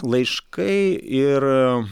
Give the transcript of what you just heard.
laiškai ir